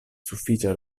sufiĉa